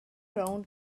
rownd